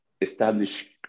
establish